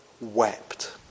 wept